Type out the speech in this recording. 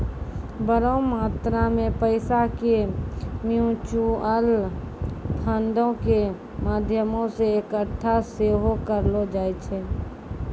बड़ो मात्रा मे पैसा के म्यूचुअल फंडो के माध्यमो से एक्कठा सेहो करलो जाय छै